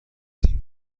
تیم